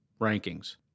rankings